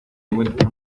momentos